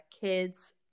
kids